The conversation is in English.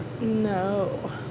No